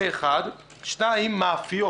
דבר שני, מאפיות